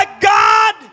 God